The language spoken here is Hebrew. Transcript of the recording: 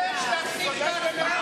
אני מבקש להפסיק את ההצבעה.